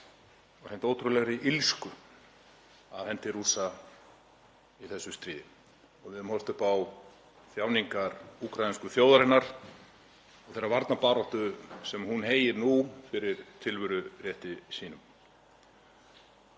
hreint ótrúlegri illsku af hendi Rússa í þessu stríði. Við höfum horft upp á þjáningar úkraínsku þjóðarinnar í þeirri varnarbaráttu sem hún háir nú fyrir tilverurétti sínum.